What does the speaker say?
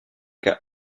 cas